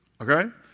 Okay